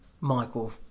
Michael